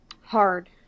hard